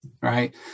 right